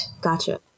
Gotcha